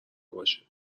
باشه